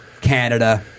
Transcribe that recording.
Canada